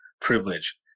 privilege